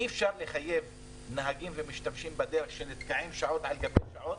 אי אפשר לחייב נהגים ומשתמשים בדרך שנתקעים שעות על גבי שעות